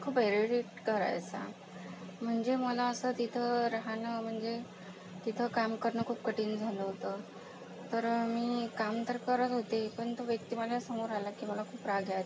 खूप एरीटेट करायचा म्हणजे मला असं तिथं राहणं म्हणजे तिथं काम करणं खूप कठीन झालं होतं तर मी काम तर करत होते पण तो व्यक्ती माझ्यासमोर आला की मला खूप राग यायचा